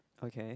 okay